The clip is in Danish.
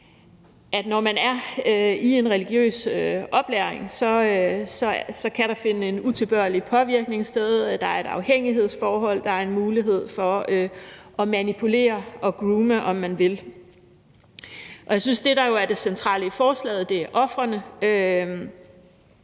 at når man er i en religiøs oplæring, kan der finde en utilbørlig påvirkning sted; der er et afhængighedsforhold og en mulighed for at manipulere og groome, om man vil. Jeg synes, at det, der er det centrale i forslaget, er ofrene.